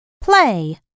Play